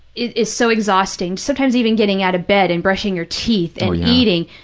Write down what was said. is so exhausting, sometimes even getting out of bed and brushing your teeth and eating